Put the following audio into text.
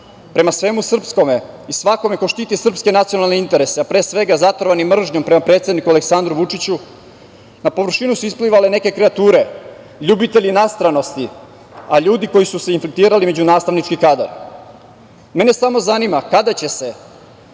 prema svemu srpskom i svakome ko štiti srpske nacionalne interese, a pre svega zatrovani mržnjom prema predsedniku Aleksandru Vučiću na površinu su isplivale neke kreature, ljubitelji nastranosti, a ljudi koji su se infiltrirali među nastavnički kadar. Mene samo zanima - kada će se